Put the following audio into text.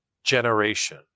generation